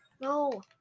No